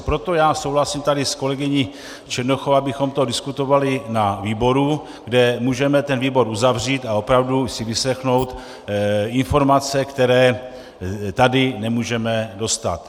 Proto souhlasím tady s kolegyní Černochovou, abychom to diskutovali na výboru, kde můžeme ten výbor uzavřít a opravdu si vyslechnout informace, které tady nemůžeme dostat.